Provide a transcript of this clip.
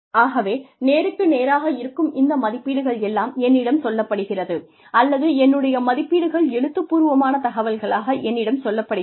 ஆகவே நேருக்கு நேராக இருக்கும் இந்த மதிப்பீடுகள் எல்லாம் என்னிடம் சொல்லப்படுகிறது அல்லது என்னுடைய மதிப்பீடுகள் எழுத்துப்பூர்வமான தகவல்களாக என்னிடம் சொல்லப்படுகிறது